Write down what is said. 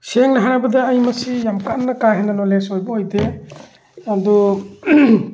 ꯁꯦꯡꯅ ꯍꯥꯏꯔꯕꯗ ꯑꯩ ꯃꯁꯤ ꯌꯥꯝ ꯀꯟꯅ ꯀꯥ ꯍꯦꯟꯅ ꯅꯣꯂꯦꯖ ꯑꯣꯏꯕ ꯑꯣꯏꯗꯦ ꯑꯗꯨ